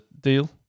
deal